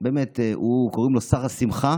באמת, קוראים לו "שר השמחה